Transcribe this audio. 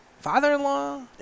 father-in-law